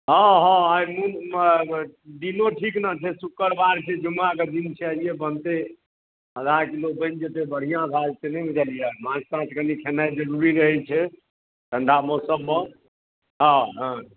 हँ हँ आइ मनमे दिनो ठीक ने छै शुक्रबार छै जुम्मा कऽ दिन छै आइए बनतै आधा किलो बनि जेतै बढ़िआँ भए जेतै नहि बुझलियै माछ ताछ कनि खेनाइ जरूरी रहैत छै ठण्डा मौसममे हँ हँ